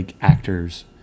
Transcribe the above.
actors